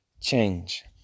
change